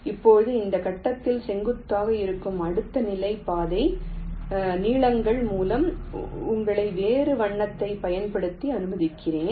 இப்போது இந்த கட்டத்தில் செங்குத்தாக இருக்கும் அடுத்த நிலை பாதை நீளங்கள் மூலம் உங்களை வேறு வண்ணத்தைப் பயன்படுத்த அனுமதிக்கிறேன்